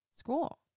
school